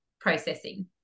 processing